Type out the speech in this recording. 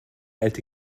alte